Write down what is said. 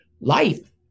life